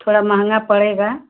थोड़ा महँगा पड़ेगा